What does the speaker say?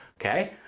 Okay